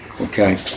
Okay